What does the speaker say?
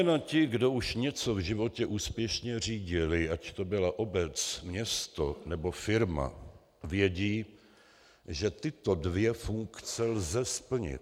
Zejména ti, kdo už něco v životě úspěšně řídili, ať to byla obec, město nebo firma, vědí, že tyto dvě funkce lze splnit.